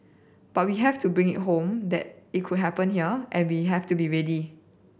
but we have to bring it home that it could happen here and we have to be ready